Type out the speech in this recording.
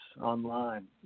online